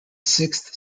sixth